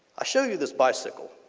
i show you this bicycle.